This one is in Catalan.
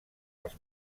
els